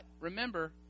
remember